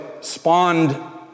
spawned